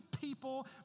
people